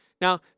Now